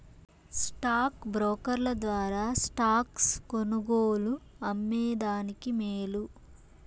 stock బ్రోకర్ల ద్వారా stocks కొనుగోలు, అమ్మే దానికి మేలు